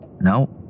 No